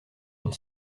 une